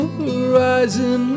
horizon